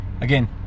again